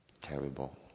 terrible